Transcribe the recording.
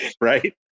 right